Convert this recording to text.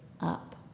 up